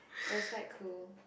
it was quite cool